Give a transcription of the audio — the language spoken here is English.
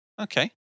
Okay